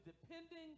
depending